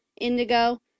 indigo